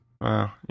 Wow